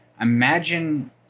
Imagine